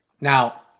Now –